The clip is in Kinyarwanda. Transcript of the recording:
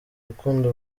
rukundo